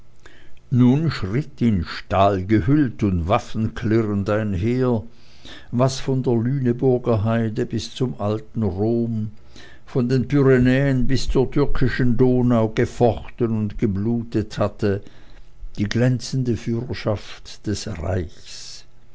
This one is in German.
nun schritt in stahl gehüllt und waffenklirrend einher was von der lüneburger heide bis zum alten rom von den pyrenäen bis zur türkischen donau gefochten und geblutet hatte die glänzende führerschaft des reiches